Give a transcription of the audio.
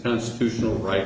constitutional right